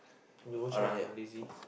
you go check lah I lazy